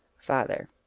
father.